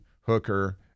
hooker